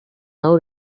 now